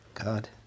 God